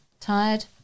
tired